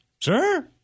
Sir